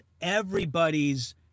everybody's